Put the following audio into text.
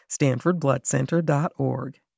StanfordBloodCenter.org